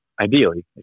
Ideally